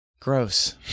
Gross